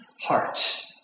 heart